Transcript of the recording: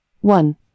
One